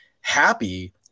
happy